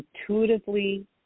intuitively